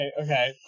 okay